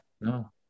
No